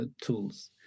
tools